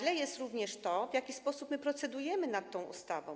Złe jest również to, w jaki sposób procedujemy nad tą ustawą.